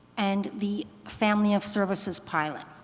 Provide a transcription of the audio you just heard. and the family of services pilot.